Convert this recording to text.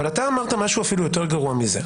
אבל אתה אמרת משהו אפילו יותר גרוע מזה.